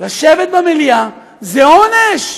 לשבת במליאה זה עונש.